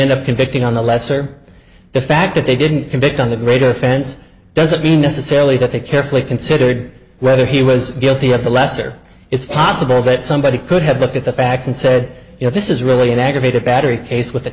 the convicting on the lesser the fact that they didn't convict on the greater offense doesn't mean necessarily that they carefully considered whether he was guilty of the lesser it's possible that somebody could have looked at the facts and said you know this is really an aggravated battery case with a